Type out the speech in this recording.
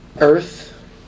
earth